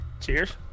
Cheers